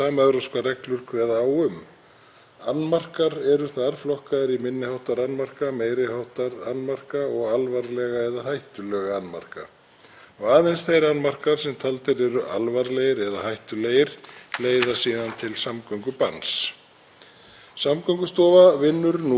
Aðeins þeir annmarkar sem taldir eru alvarlegir eða hættulegir leiða síðan til samgöngubanns. Samgöngustofa vinnur nú að breytingum á þessari skoðunarhandbók í því skyni að tryggja enn betur samræmi við evrópskar reglur um skoðun ökutækja.